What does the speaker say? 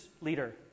leader